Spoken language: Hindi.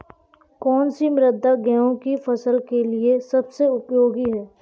कौन सी मृदा गेहूँ की फसल के लिए सबसे उपयोगी है?